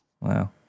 Wow